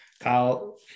Kyle